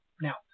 Now